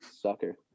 sucker